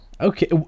Okay